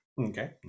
okay